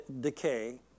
decay